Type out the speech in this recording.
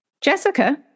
Jessica